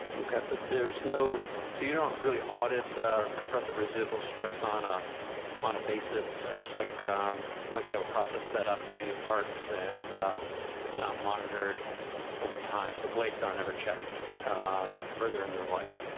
okay, but there's no, so you don't really audit compressive residual stress on ah on a basis, it's like once you have a process set up you do your parts and it's not monitored over time, so blades aren't ever checked further in their life.